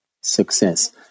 success